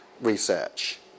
research